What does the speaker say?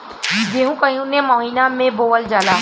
गेहूँ कवने महीना में बोवल जाला?